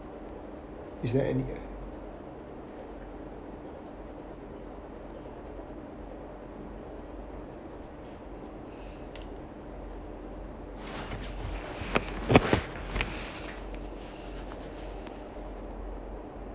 is there any